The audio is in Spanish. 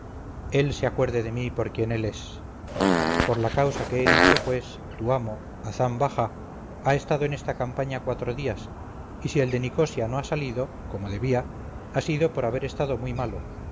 él se acuerde de mí por quien él es por la causa que he dicho pues tu amo hazán bajá ha estado en esta campaña cuatro días y si el de nicosia no ha salido como debía ha sido por haber estado muy malo